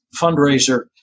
fundraiser